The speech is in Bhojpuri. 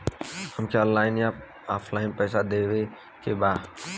हमके ऑनलाइन या ऑफलाइन पैसा देवे के बा?